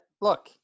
Look